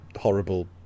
horrible